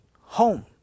home